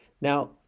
Now